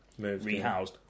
rehoused